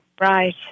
Right